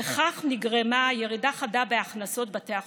וכך נגרמה ירידה חדה בהכנסות בתי החולים,